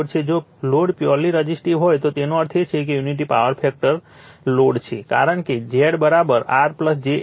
જો load purely resistive હોય તો તેનો અર્થ એ છે કે તે યુનિટી પાવર ફેક્ટર લોડ છે કારણ કે Z R j X કહો